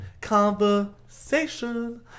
conversation